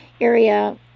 area